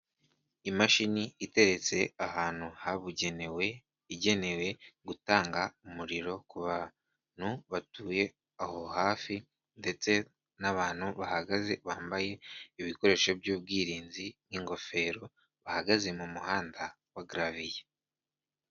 Imashini iteretse ahantu habugenewe igenewe gutanga umuriro ku bantu batuye aho hafi, ndetse n'abantu bahagaze bambaye ibikoresho by'ubwirinzi, n'ingofero bahagaze mu muhanda wa garaviye.